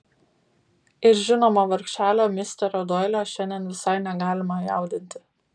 ir žinoma vargšelio misterio doilio šiandien visai negalima jaudinti